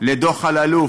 לדוח אלאלוף,